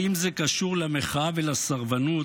האם זה קשור למחאה ולסרבנות?